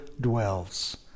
dwells